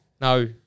No